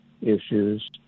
issues